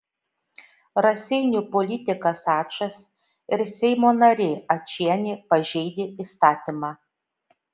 raseinių politikas ačas ir seimo narė ačienė pažeidė įstatymą